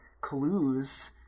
clues